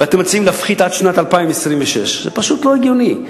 ואתם מציעים להפחית עד שנת 2026. זה פשוט לא הגיוני.